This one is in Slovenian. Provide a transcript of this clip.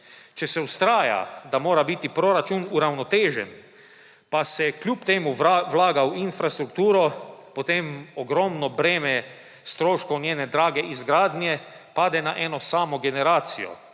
Če se vztraja, da mora biti proračun uravnotežen, pa se kljub temu vlaga v infrastrukturo, potem ogromno breme stroškov njene drage izgradnje pade na eno samo generacijo,